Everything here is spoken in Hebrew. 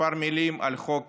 כמה מילים על חוק